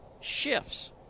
shifts